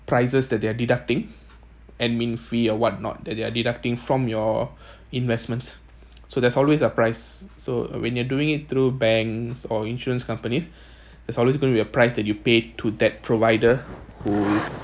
prices that they're deducting admin fee or what not that they're deducting from your investments so there's always a price so when you're doing it through banks or insurance companies there's always going to be a price that you pay to that provider who is